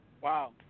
Wow